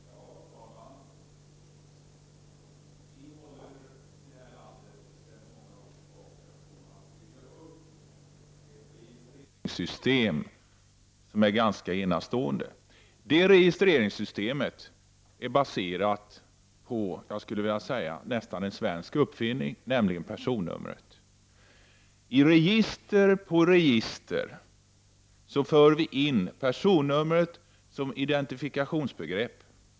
Herr talman! Vi håller i detta land sedan många år tillbaka på att bygga upp ett registreringssystem som är ganska enastående. Det registreringssystemet är baserat på något jag skulle vilja kalla en svensk uppfinning, nämligen personnumret. I register efter register för vi in personnumret som identifikationsbegrepp.